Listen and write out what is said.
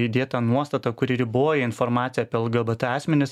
įdėta nuostata kuri riboja informaciją apie lgbt asmenis